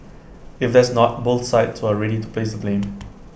if there's not both sides were ready to place blame